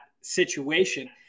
situation